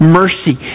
mercy